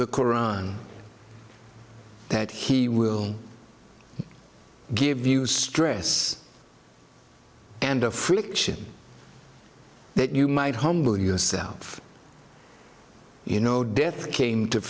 the koran that he will give you stress and affliction that you might humble yourself you know death came to